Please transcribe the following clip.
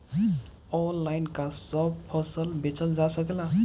Online का सब फसल बेचल जा सकेला?